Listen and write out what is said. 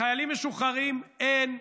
לחיילים משוחררים, אין,